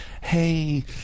hey